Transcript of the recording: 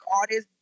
artists